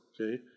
okay